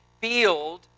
field